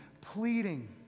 pleading